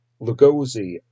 Lugosi